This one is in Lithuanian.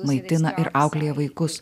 maitina ir auklėja vaikus